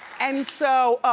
and so,